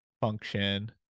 function